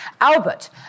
Albert